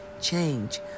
change